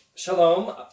Shalom